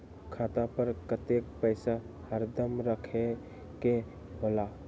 खाता पर कतेक पैसा हरदम रखखे के होला?